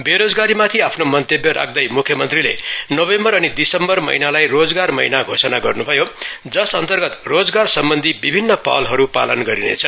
बेरोजगारी माथि आफ्नो मन्तव्य राख्दै मुख्यमन्त्रीले नोभेम्बर अनि दिसम्बर महिनालाई रोजगार महिना घोषणा गर्नु भयो जस अन्तर्गत रोजगार सम्बन्धी विभिन्न पहलहरू पालन गरिनेछ